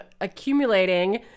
accumulating